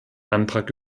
antrag